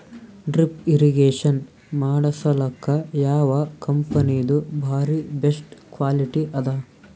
Drip irrigation ಮಾಡಸಲಕ್ಕ ಯಾವ ಕಂಪನಿದು ಬಾರಿ ಬೆಸ್ಟ್ ಕ್ವಾಲಿಟಿ ಅದ?